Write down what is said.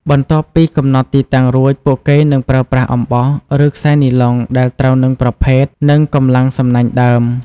បន្ទាប់ពីកំណត់ទីតាំងរួច ពួកគេនឹងប្រើប្រាស់អំបោះ ឬខ្សែនីឡុងដែលត្រូវនឹងប្រភេទ និងកម្លាំងសំណាញ់ដើម។